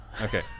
okay